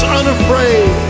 unafraid